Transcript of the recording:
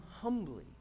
humbly